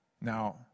Now